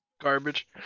Garbage